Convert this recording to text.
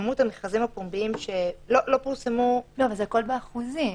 כמות המכרזים הפומביים לא פורסמו --- אבל הכול באחוזים.